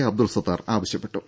അബ്ദുൽ സത്താർ ആവശ്യപ്പെട്ടു